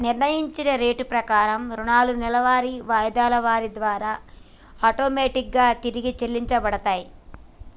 నిర్ణయించిన రేటు ప్రకారం రుణాలు నెలవారీ వాయిదాల ద్వారా ఆటోమేటిక్ గా తిరిగి చెల్లించబడతయ్